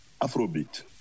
Afrobeat